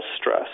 stress